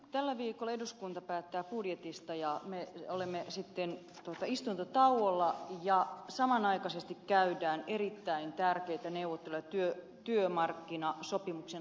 tällä viikolla eduskunta päättää budjetista sitten me olemme istuntotauolla ja samanaikaisesti käydään erittäin tärkeitä neuvotteluja työmarkkinasopimuksen aikaansaamiseksi